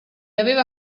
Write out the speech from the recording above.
aveva